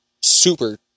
super